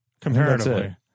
comparatively